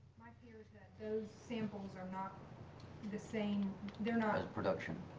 my fear is that those samples are not in the same they're not as production.